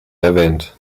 erwähnt